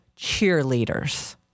cheerleaders